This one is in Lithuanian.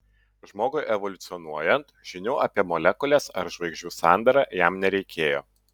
žmogui evoliucionuojant žinių apie molekules ar žvaigždžių sandarą jam nereikėjo